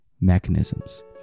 mechanisms